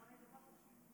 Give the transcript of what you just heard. אז תרשו לי לקרוא